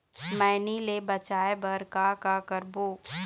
मैनी ले बचाए बर का का करबो?